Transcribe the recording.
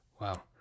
wow